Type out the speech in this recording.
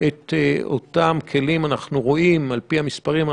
את אותם כלים במסגרת הסדר זמני ומוגבל.